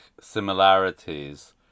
similarities